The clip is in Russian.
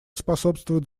способствуют